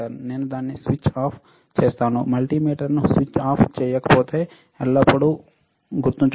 నేను దాన్ని switch off చేస్తాను మల్టీమీటర్ను స్విచ్ ఆఫ్ చేయకపోతే ఎల్లప్పుడూ గుర్తుంచుకోండి